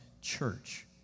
Church